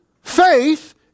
faith